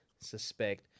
suspect